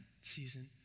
season